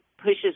pushes